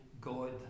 God